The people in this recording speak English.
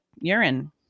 urine